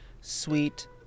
sweet